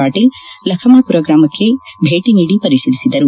ಪಾಟೀಲ್ ಲಖಮಾಪುರ ಗ್ರಾಮಕ್ಕೆ ಭೇಟಿ ನೀಡಿ ಪರಿಶೀಲಿಸಿದರು